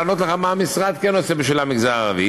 לענות לך מה המשרד כן עונה בשביל המגזר הערבי.